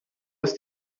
ist